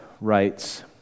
writes